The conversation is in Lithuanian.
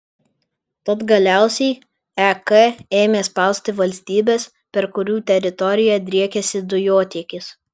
tad galiausiai ek ėmė spausti valstybes per kurių teritoriją driekiasi dujotiekis